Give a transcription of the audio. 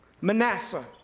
Manasseh